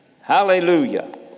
Hallelujah